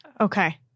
Okay